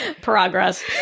Progress